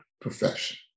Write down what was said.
profession